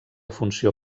funció